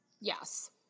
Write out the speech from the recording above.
Yes